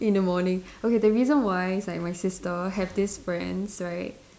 in the morning okay the reason why is like my sister have these friends right